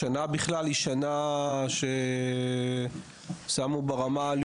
השנה בכלל היא שנה ששמו ברמה הלאומית,